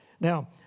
Now